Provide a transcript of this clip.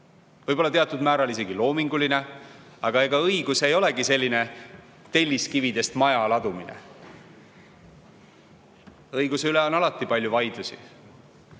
on teatud määral isegi loominguline, aga ega õigus ei olegi selline telliskividest maja ladumine. Õiguse üle on alati palju vaidlusi.